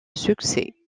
succès